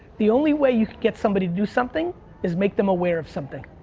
the only way you could get somebody to do something is make them aware of something.